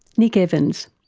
nick evans.